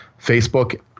Facebook